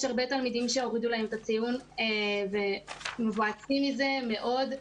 יש הרבה תלמידים שהורידו להם את הציון ומבואסים מזה מאוד,